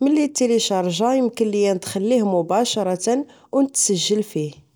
ملي التيلي شارج يمكن ليا نخليه مباشره ونسجل فيه.